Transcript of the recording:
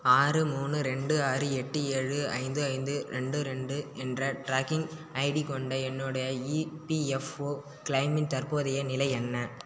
ஆறு மூணு ரெண்டு ஆறு எட்டு ஏழு ஐந்து ஐந்து ரெண்டு ரெண்டு என்ற ட்ராக்கிங் ஐடி கொண்ட என்னுடைய இபிஎஃப்ஓ கிளெய்மின் தற்போதைய நிலை என்ன